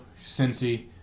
Cincy